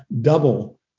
double